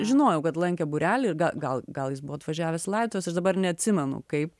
žinojau kad lankė būrelį gal gal jis buvo atvažiavęs į laidotuves aš dabar neatsimenu kaip